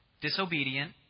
disobedient